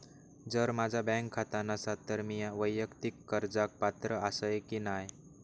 जर माझा बँक खाता नसात तर मीया वैयक्तिक कर्जाक पात्र आसय की नाय?